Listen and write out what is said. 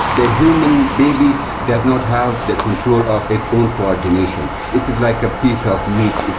the human baby does not have the control of its own coordination. it's like a piece of meat.